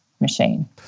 machine